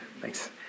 thanks